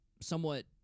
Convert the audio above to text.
somewhat